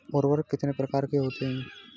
उर्वरक कितने प्रकार के होते हैं?